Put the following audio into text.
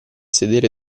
sedere